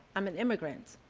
i'm an immigrant.